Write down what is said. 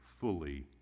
fully